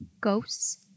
Ghosts